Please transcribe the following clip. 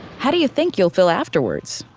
how do you think you'll feel afterwards?